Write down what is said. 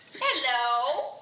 hello